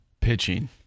pitching